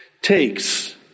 takes